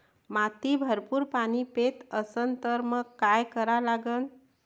माती भरपूर पाणी पेत असन तर मंग काय करा लागन?